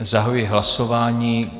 Zahajuji hlasování.